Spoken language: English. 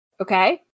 Okay